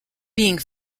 being